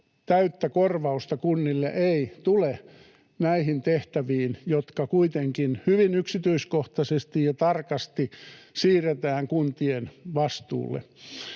täyttä korvausta kunnille ei tule näihin tehtäviin, jotka kuitenkin hyvin yksityiskohtaisesti ja tarkasti siirretään kuntien vastuulle.